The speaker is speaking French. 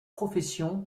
profession